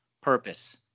purpose